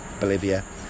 Bolivia